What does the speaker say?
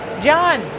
john